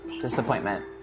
Disappointment